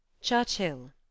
Churchill